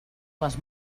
les